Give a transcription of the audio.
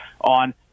on